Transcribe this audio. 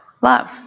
love